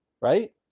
right